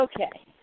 Okay